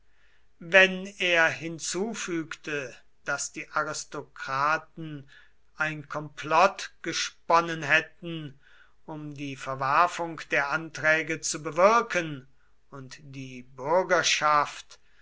wenn er hinzufügte daß die aristokraten ein komplott gesponnen hätten um die verwerfung der anträge zu bewirken und die bürgerschaft